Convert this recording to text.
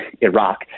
Iraq